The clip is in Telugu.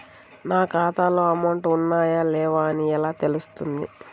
నా ఖాతాలో అమౌంట్ ఉన్నాయా లేవా అని ఎలా తెలుస్తుంది?